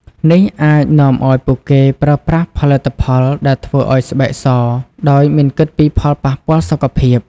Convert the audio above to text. នេះអាចនាំឲ្យពួកគេប្រើប្រាស់ផលិតផលធ្វើឲ្យស្បែកសដោយមិនគិតពីផលប៉ះពាល់សុខភាព។